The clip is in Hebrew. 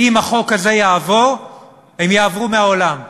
אם החוק הזה יעבור הן יעברו מהעולם.